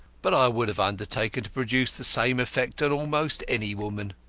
but i would have undertaken to produce the same effect on almost any woman.